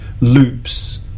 loops